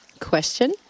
question